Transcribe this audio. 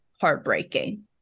heartbreaking